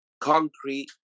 concrete